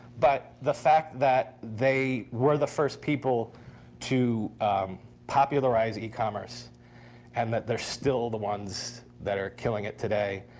but the fact that they were the first people to popularize e-commerce and that they're still the ones that are killing it today,